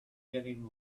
getting